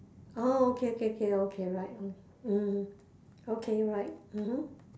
oh okay okay okay okay right mm mm okay right mmhmm